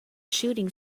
shooting